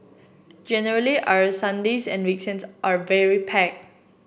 generally our Sundays and weekends are very packed